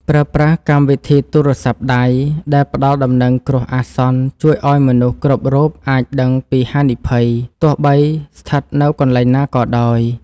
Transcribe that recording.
ប្រើប្រាស់កម្មវិធីទូរស័ព្ទដៃដែលផ្ដល់ដំណឹងគ្រោះអាសន្នជួយឱ្យមនុស្សគ្រប់រូបអាចដឹងពីហានិភ័យទោះបីស្ថិតនៅកន្លែងណាក៏ដោយ។